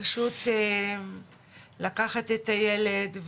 פשוט לקחת את הילד,